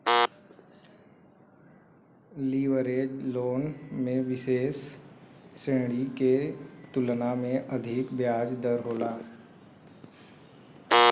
leverage loan में विसेष ऋण के तुलना में अधिक ब्याज दर होला